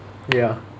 ya